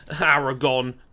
Aragon